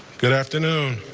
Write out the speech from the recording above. good afternoon.